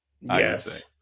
Yes